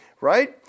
Right